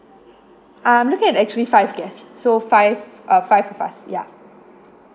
ah I'm looking at actually five guests so five uh five of us ya